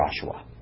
Joshua